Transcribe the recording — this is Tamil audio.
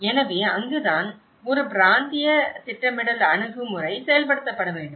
எனவே அங்குதான் ஒரு பிராந்திய திட்டமிடல் அணுகுமுறை செயல்படுத்தப்பட வேண்டும்